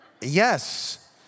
Yes